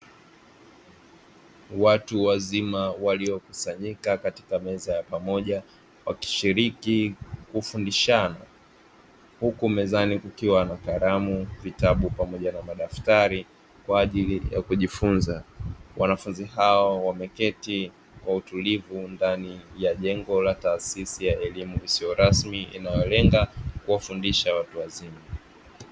Watu wazima waliokusanyika katika meza ya pamoja; wakishiriki kufundishana, huku mezani kukiwa na kalamu pamoja na madaftari kwaajili ya kujifunza. Wanafunzi hao wameketi kwa utulivu ndani ya jengo la taasisi ya elimu isiyo rasmi, inayo lenga kuwafundisha watu wazima.